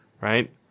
right